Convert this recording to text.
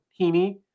Heaney